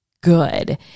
good